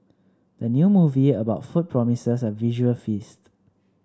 the new movie about food promises a visual feast